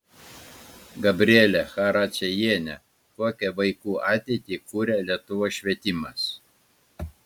gabrielė characiejienė kokią vaikų ateitį kuria lietuvos švietimas